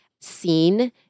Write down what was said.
seen